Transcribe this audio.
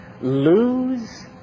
lose